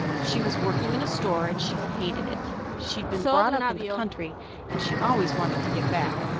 she was working in a store and she hated it. she'd been brought up in the country and she always wanted to get back.